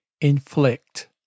inflict